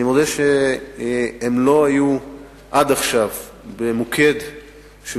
אני מודה שהם לא היו עד עכשיו במוקד של